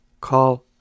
Call